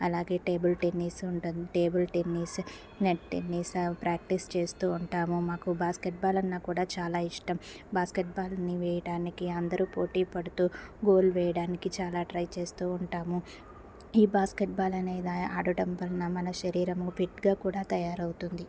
అలాగే table tennis ఉంటుంది table tennis net practice చేస్తూ ఉంటాము మాకు బాస్కెట్బాల్ అన్న కూడా చాలా ఇష్టం బాస్కెట్బాల్ని వెయ్యడానికి అందరూ పోటీపడుతూ గోల్ వేయడానికి చాలా ట్రై చేస్తూ ఉంటాము ఈ బాస్కెట్బాల్ అనేది ఆడటం వలన మన శరీరము ఫిట్గా కూడా తయారవుతుంది